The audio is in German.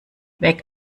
weg